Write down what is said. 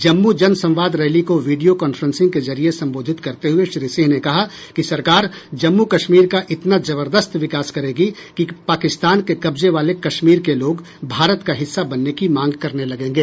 जम्मू जनसंवाद रैली को video conferencing के जरिए संबोधित करते हुए श्री सिंह ने कहा कि सरकार जम्मू कश्मीर का इतना जबरदस्त विकास करेगी कि पाकिस्तान के कब्जे वाले कश्मीर के लोग भारत का हिस्सा बनने की मांग करने लगेंगे